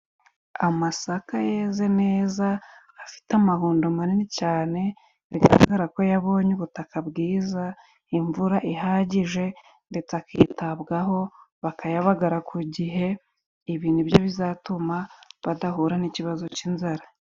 Amasaka yeze neza afite amahundo manini cyane, bitagaragara ko yabonye ubutaka bwiza. Imvura ihagije ndetse akitabwaho bakayabagara ku gihe ibi nibyo bizatuma badahura n'ikibazo cy'inzara.